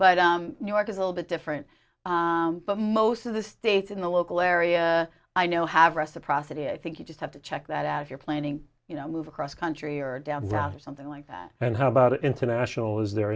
but new york is a little bit different but most of the states in the local area i know have reciprocity i think you just have to check that out if you're planning you know move across country or down south or something like that and how about international is the